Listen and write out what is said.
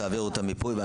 אתם תעבירו את המיפוי.